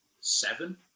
seven